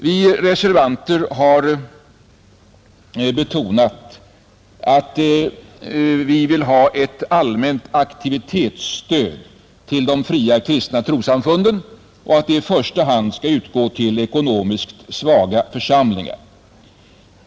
Vi reservanter har betonat att vi vill ha ett allmänt aktivitetsstöd till de fria kristna trossamfunden och att det i första hand skall utgå till ekonomiskt svaga församlingar.